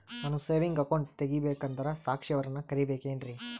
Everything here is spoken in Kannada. ನಾನು ಸೇವಿಂಗ್ ಅಕೌಂಟ್ ತೆಗಿಬೇಕಂದರ ಸಾಕ್ಷಿಯವರನ್ನು ಕರಿಬೇಕಿನ್ರಿ?